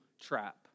trap